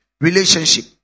relationship